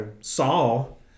Saul